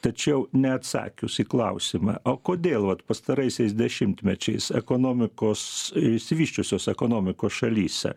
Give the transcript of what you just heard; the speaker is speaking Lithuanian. tačiau neatsakius į klausimą o kodėl vat pastaraisiais dešimtmečiais ekonomikos išsivysčiusios ekonomikos šalyse